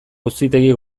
auzitegi